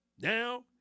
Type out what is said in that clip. Now